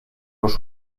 los